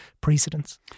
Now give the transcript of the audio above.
precedents